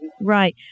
Right